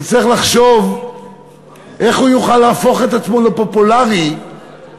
הוא יצטרך לחשוב איך הוא יוכל להפוך את עצמו לפופולרי כדי